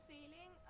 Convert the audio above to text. Sailing